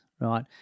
Right